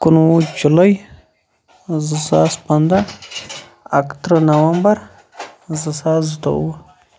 کُنوُہ جُلَاے زٕ ساس پَنٛدَہ اَکتٕرہ نَوَمبَر زٕ ساس زٕتووُہ